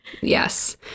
Yes